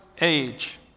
age